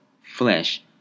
flesh